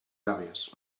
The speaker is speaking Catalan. gàbies